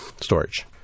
storage